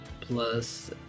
plus